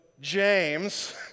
James